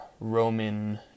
Roman